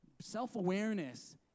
self-awareness